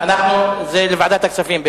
זה לוועדת הכספים.